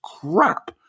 crap